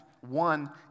one